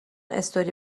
استوری